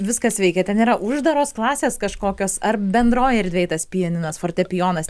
viskas veikia ten yra uždaros klasės kažkokios ar bendroj erdvėj tas pianinas fortepijonas